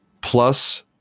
plus